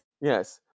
Yes